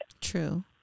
True